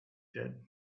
said